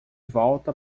volta